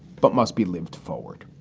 but must be lived forward.